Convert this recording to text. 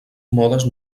modes